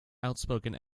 outspoken